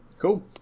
Cool